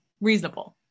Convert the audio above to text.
reasonable